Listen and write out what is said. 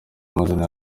amazina